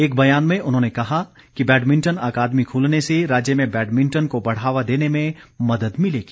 एक ब्यान में उन्होंने कहा कि बैडमिंटन अकादमी खुलने से राज्य में बैडमिंटन को बढ़ावा देने में मदद मिलेगी